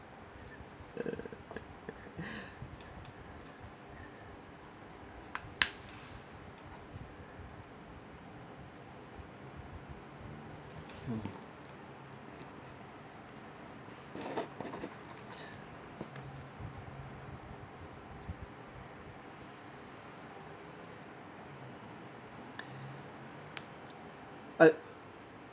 mm I